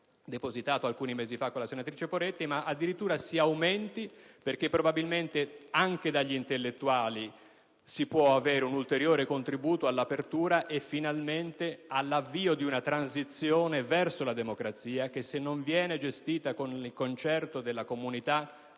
depositato alcuni mesi fa con la senatrice Poretti - ma addirittura si aumenti perché probabilmente anche dagli intellettuali può venire un ulteriore contributo all'apertura e, finalmente, all'avvio di una transizione verso la democrazia. Infatti, se tale transizione non viene gestita di concerto dalla comunità